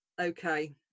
okay